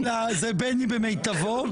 זה בני במיטבו.